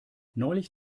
neulich